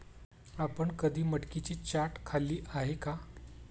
आपण कधी मटकीची चाट खाल्ली आहे का?